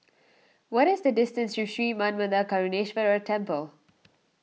what is the distance to Sri Manmatha Karuneshvarar Temple